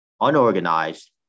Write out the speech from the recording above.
unorganized